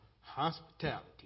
hospitality